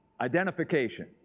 Identification